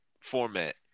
format